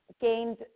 gained